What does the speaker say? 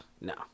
No